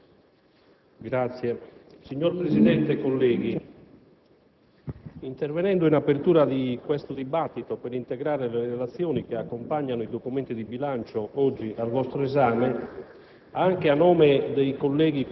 Questore*. Signor Presidente, colleghi, intervenendo in apertura di questo dibattito, per integrare le relazioni che accompagnano i documenti di bilancio oggi al vostro esame,